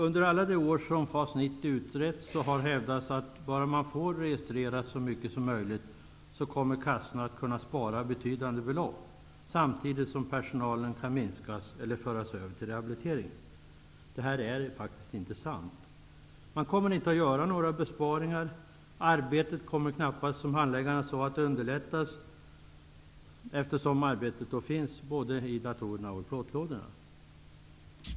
Under alla de år FAS 90 har utretts har det hävdats att kassorna kommer att kunna spara betydande belopp, bara de får registera så mycket som möjligt. Samtidigt skall personalen kunna minskas eller föras över till rehabilitering. Det är faktiskt inte sant. Man kommer inte att göra några besparingar. Arbetet kommer, som handläggarna sade, knappast att underlättas eftersom uppgifterna finns både i datorer och i plåtlådor.